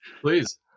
Please